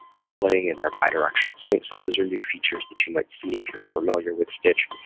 tooling and their bi-directional sync. so those are new features that you might see if you're familiar with stitch.